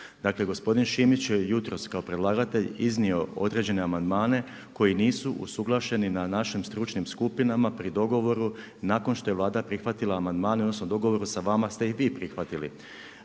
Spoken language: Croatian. Dakle, gospodin Šimić je jutros kao predlagatelj iznio određene amandmane koji nisu usuglašeni na našim stručnim skupinama, pri dogovoru i nakon što je Vlada prihvatila amandman odnosno, u dogovoru sa vama jer ste ih i vi prihvatili.